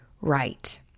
right